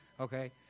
okay